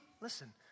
Listen